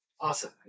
Awesome